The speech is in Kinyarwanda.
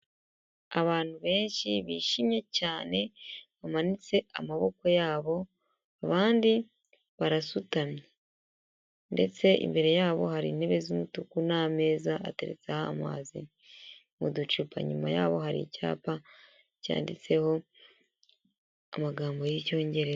Abantu benshi bishimye cyane bamanitse amaboko yabo, abandi barasutamye ndetse imbere yabo hari intebe z'umutuku n'ameza ateretseho amazi mu ducupa. Inyuma yabo hari icyapa cyanditseho amagambo y'icyongereza.